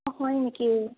অ' হয় নেকি